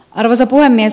arvoisa puhemies